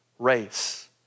race